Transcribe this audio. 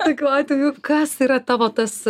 tokių atvejų kas yra tavo tas